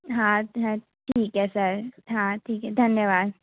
हाँ सर ठीक है सर हाँ ठीक है धन्यवाद